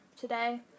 today